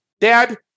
Dad